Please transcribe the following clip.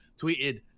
tweeted